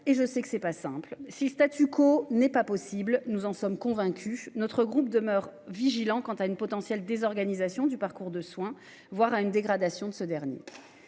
et je sais que c'est pas simple. Si le statu quo n'est pas possible, nous en sommes convaincus, notre groupe demeure vigilant quant à une potentielle désorganisation du parcours de soins, voire à une dégradation de ce dernier.